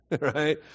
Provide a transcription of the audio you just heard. right